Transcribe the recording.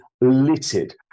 littered